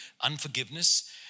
unforgiveness